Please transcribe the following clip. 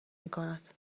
میکند